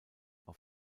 auf